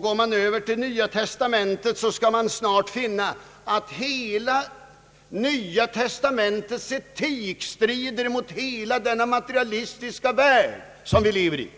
Går man över till Nya testamentet skall man snart finna, att hela dess etik strider mot den materalistiska värld som vi lever i.